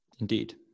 indeed